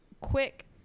quick